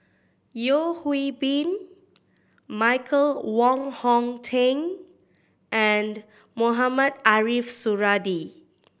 Yeo Hwee Bin Michael Wong Hong Teng and Mohamed Ariff Suradi